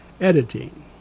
editing